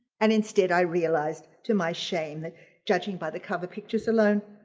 and instead i realized to my shame that judging by the cover pictures alone,